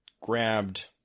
grabbed